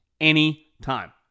anytime